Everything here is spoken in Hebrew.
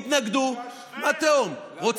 תתנגדו לתהום, לתהום, מה תהום?